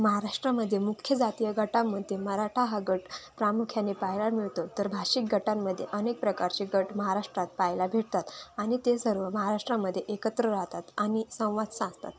महाराष्ट्रामध्ये मुख्य जातीय गटामध्ये मराठा हा गट प्रामुख्याने पाहायला मिळतो तर भाषिक गटांमध्ये अनेक प्रकारचे गट महाराष्ट्रात पाहायला भेटतात आणि ते सर्व महाराष्ट्रामध्ये एकत्र राहतात आणि संवाद साधतात